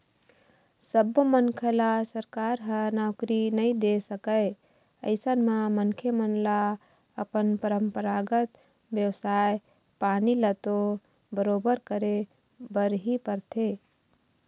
सब्बो मनखे ल सरकार ह नउकरी नइ दे सकय अइसन म मनखे मन ल अपन परपंरागत बेवसाय पानी ल तो बरोबर करे बर ही परथे